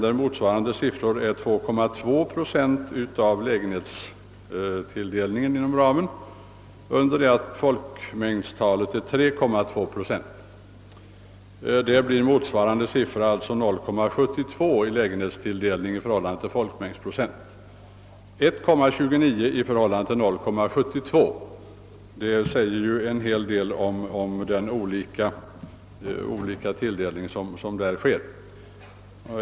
Där är motsvarande siffror 2,3 procent av lägenhetstilldelningen inom ramen, medan folkmängdsandelen är 3,2 procent. Förhållandet mellan lägenhetstilldelning och folkmängdsandel är alltså här 0,72 mot storstadsområdenas 1,29. Det säger ju en del om variationerna i tilldelningen.